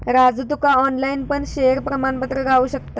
राजू तुका ऑनलाईन पण शेयर प्रमाणपत्र गावु शकता